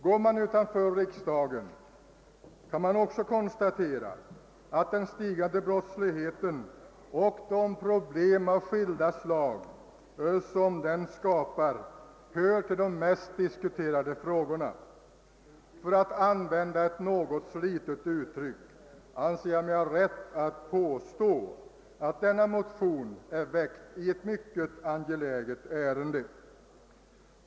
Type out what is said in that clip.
Går man utanför riksdagen kan man även konstatera, att den stigande brottsligheten och de problem av skilda slag som denna skapar hör till de mest diskuterade frågorna. För att använda ett något slitet uttryck anser jag mig ha rätt att påstå, att motionen är väckt i ett mycket angeläget ärende.